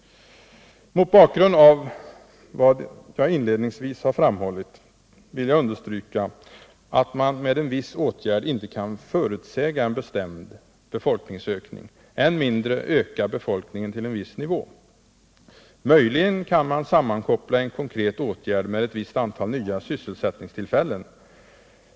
Mot bakgrund av vad jag inledningsvis har framhållit vill jag understryka att man med en viss åtgärd inte kan förutsäga en bestämd befolkningsökning, än mindre öka befolkningen till en viss nivå. Möjligen kan man sammankoppla en konkret åtgärd med ett visst antal nya sysselsättningstillfällen.